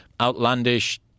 outlandish